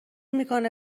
میکنه